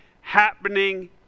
happening